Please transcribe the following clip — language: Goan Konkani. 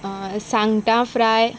सांगटां फ्राय